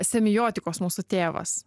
semiotikos mūsų tėvas